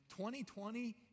2020